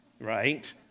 right